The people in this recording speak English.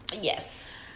Yes